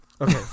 Okay